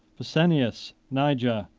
pescennius niger,